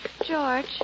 George